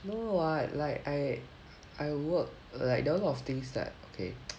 no what like I I work like there are a lot of things like okay